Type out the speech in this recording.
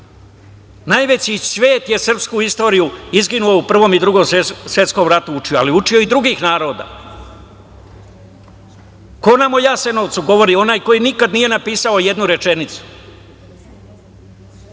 Najveći svet je srpsku istoriju izginuo u Prvom i Drugom svetskom ratu učio, ali učio i drugih naroda. Ko nam o Jasenovcu govori? Onaj koji nikad nije napisao jednu rečenicu.